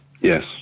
Yes